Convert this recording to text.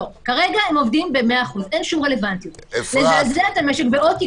לא, כרגע הם עובדים ב-100%, אין שום רלוונטיות.